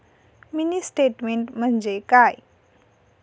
Mini statement म्हणजे काय?